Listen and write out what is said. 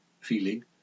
feeling